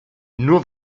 nur